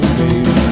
baby